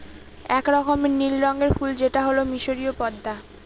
এক রকমের নীল রঙের ফুল যেটা হল মিসরীয় পদ্মা